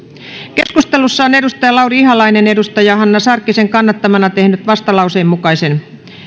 keskustelussa lauri ihalainen on hanna sarkkisen kannattamana tehnyt vastalauseen mukaisen